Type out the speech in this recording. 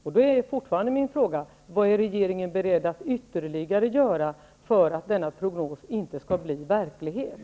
Min fråga är fortfarande: Vad är regeringen beredd att ytterligare göra för att denna prognos inte skall bli verklighet?